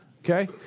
Okay